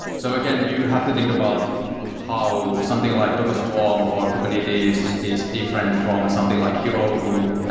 so again, you have to think about how something like docker swarm or kubernetes is different from something like heroku. ah